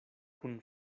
kun